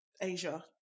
Asia